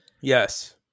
Yes